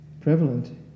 prevalent